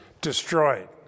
destroyed